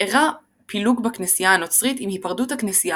אירע פילוג בכנסייה הנוצרית עם היפרדות הכנסייה